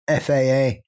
FAA